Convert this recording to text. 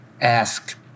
ask